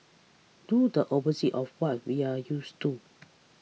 do the opposite of what we are used to